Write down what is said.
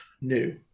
new